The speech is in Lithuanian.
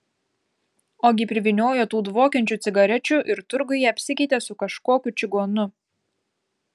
ogi privyniojo tų dvokiančių cigarečių ir turguje apsikeitė su kažkokiu čigonu